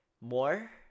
more